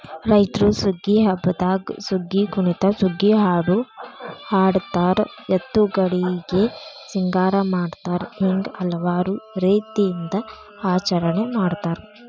ರೈತ್ರು ಸುಗ್ಗಿ ಹಬ್ಬದಾಗ ಸುಗ್ಗಿಕುಣಿತ ಸುಗ್ಗಿಹಾಡು ಹಾಡತಾರ ಎತ್ತುಗಳಿಗೆ ಸಿಂಗಾರ ಮಾಡತಾರ ಹಿಂಗ ಹಲವಾರು ರೇತಿಯಿಂದ ಆಚರಣೆ ಮಾಡತಾರ